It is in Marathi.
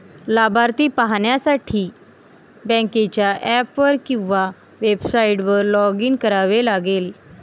लाभार्थी पाहण्यासाठी बँकेच्या ऍप किंवा वेबसाइटवर लॉग इन करावे लागेल